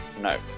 No